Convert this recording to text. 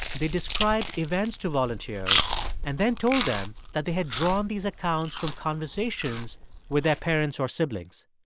they described events to volunteers and then told them that they had drawn these accounts from conversations with their parents or siblings.